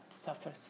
suffers